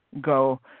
go